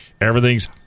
Everything's